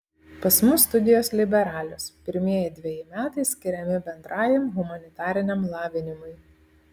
pas mus studijos liberalios pirmieji dveji metai skiriami bendrajam humanitariniam lavinimui